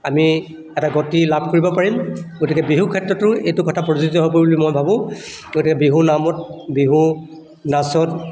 আমি এটা গতি লাভ কৰিব পাৰিম গতিকে বিহু ক্ষেত্ৰতো এইটো কথা প্ৰযোজ্য হ'ব বুলি মই ভাবোঁ গতিকে বিহু নামত বিহু নাচত